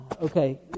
Okay